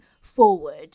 forward